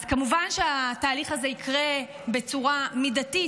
אז כמובן שהתהליך הזה יקרה בצורה מידתית,